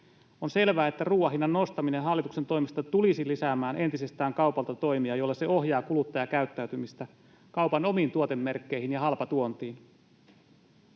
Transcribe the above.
On selvää, että ruuan hinnan nostaminen hallituksen toimesta tulisi lisäämään entisestään kaupalta toimia, joilla se ohjaa kuluttajakäyttäytymistä kaupan omiin tuotemerkkeihin ja halpatuontiin.